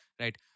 right